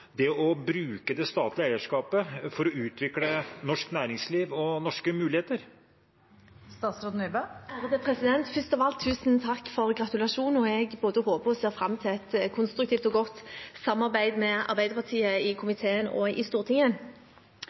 det å bruke det statlige eierskapet for å utvikle norsk næringsliv og norske muligheter. Først av alt, tusen takk for gratulasjonen. Jeg både håper på og ser fram til et konstruktivt og godt samarbeid med Arbeiderpartiet i komiteen og i Stortinget.